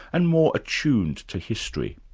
and more attuned to history.